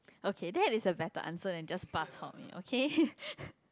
okay that is a better answer than just bak-chor-mee okay